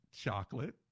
Chocolate